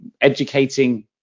educating